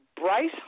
Bryce